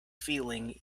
feeling